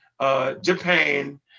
Japan